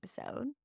episode